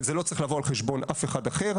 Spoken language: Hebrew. זה לא צריך לבוא על חשבון אף אחד אחר.